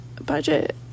budget